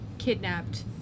kidnapped